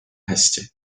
hästi